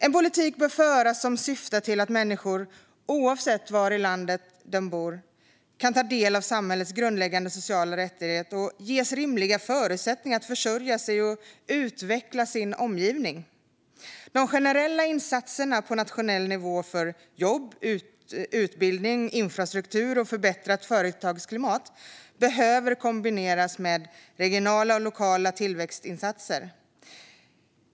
Det bör föras en politik som syftar till att människor, oavsett var i landet de bor, kan ta del av samhällets grundläggande sociala rättigheter och ges rimliga förutsättningar att försörja sig och utveckla sin omgivning. De generella insatserna på nationell nivå för jobb, utbildning, infrastruktur och förbättrat företagsklimat behöver kombineras med regionala och lokala tillväxtinsatser.